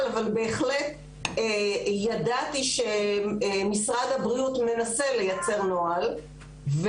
אבל בהחלט ידעתי שמשרד הבריאות מנסה לייצר נוהל,